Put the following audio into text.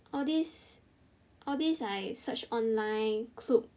all this all this I search online Klook